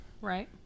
right